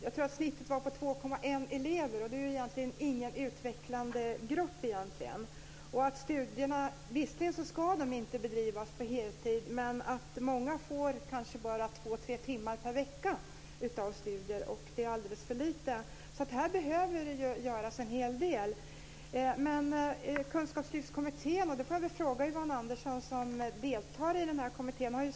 Jag tror att snittet ligger på 2,1 elever, och det är ju egentligen ingen utvecklande grupp. Visserligen ska inte studierna bedrivas på heltid, men många får kanske bara två tre timmer per vecka av studier. Det är alldeles för lite. Här behövs alltså göras en hel del. Kunskapslyftskommittén har ju sagt att även särvux bör ingå som en del i det livslånga lärandet.